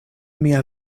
mia